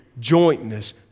Jointness